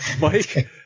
Mike